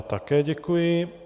Také děkuji.